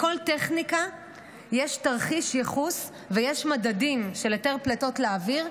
לכל טכניקה יש תרחיש ייחוס ויש מדדים של היתר פלטות לאוויר.